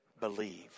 believe